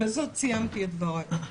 בזאת סיימתי את דבריי.